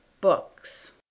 books